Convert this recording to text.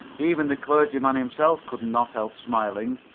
even the clergyman himself could not help smiling,